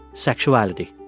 sexuality.